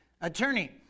Attorney